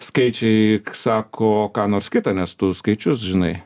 skaičiai sako ką nors kita nes tu skaičius žinai